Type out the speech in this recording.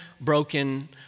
broken